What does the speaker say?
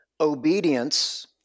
obedience